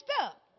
up